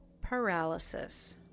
paralysis